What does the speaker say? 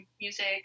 music